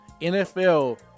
NFL